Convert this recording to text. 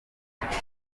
afite